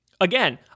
again